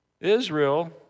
Israel